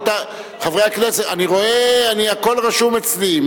הכול רשום אצלי.